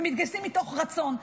ומתגייסים מתוך רצון.